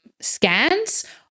scans